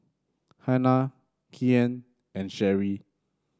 Hanna Kyan and Sherry